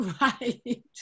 Right